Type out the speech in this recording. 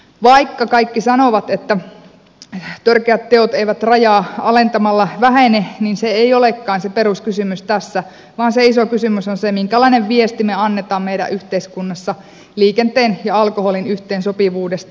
vaikka kaikki sanovat että törkeät teot eivät rajaa alentamalla vähene niin se ei olekaan se peruskysymys tässä vaan se iso kysymys on se minkälaisen viestin me annamme meidän yhteiskunnassamme liikenteen ja alkoholin yhteensopivuudesta